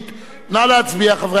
נא להצביע, חברי הכנסת.